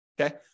Okay